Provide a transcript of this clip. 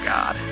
God